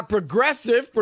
Progressive